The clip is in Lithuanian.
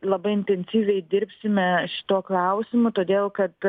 labai intensyviai dirbsime šituo klausimu todėl kad